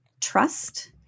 trust